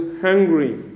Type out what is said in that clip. hungry